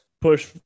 push